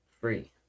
free